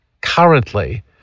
currently